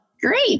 great